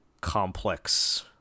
complex